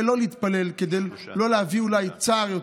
לא להתפלל כדי לא להביא אולי יותר צער.